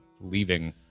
leaving